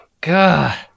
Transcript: God